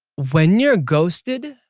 when you're ghosted